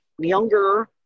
younger